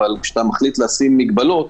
אבל כשאתה מחליט לשים מגבלות,